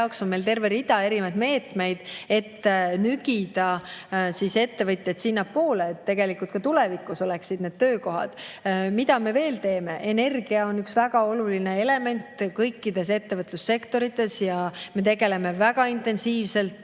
jaoks on meil terve rida erinevaid meetmeid, et nügida ettevõtjaid sinnapoole, et ka tulevikus oleksid [olemas] töökohad. Mida me veel teeme? Energia on üks väga oluline element kõikides ettevõtlussektorites ja me tegeleme väga intensiivselt